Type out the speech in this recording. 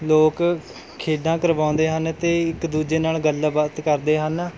ਲੋਕ ਖੇਡਾਂ ਕਰਵਾਉਂਦੇ ਹਨ ਤੇ ਇੱਕ ਦੂਜੇ ਨਾਲ਼ ਗੱਲਬਾਤ ਕਰਦੇ ਹਨ